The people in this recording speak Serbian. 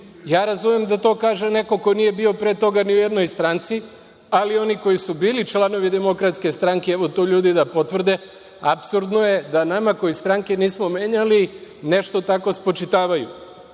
Ja razumem da to kaže neko ko nije bio pre toga ni u jednoj stranci, ali oni koji su bili članovi DS, evo tu ljudi da potvrde, apsurdno je da nama koji stranke nismo menjali nešto tako spočitavaju. Druga